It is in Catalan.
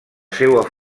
seua